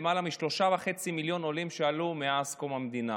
למעלה מ-3.5 מיליון עולים שעלו מאז קום המדינה.